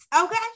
Okay